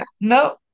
no